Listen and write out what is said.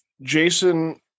Jason